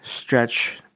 stretch